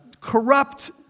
corrupt